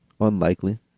unlikely